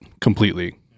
completely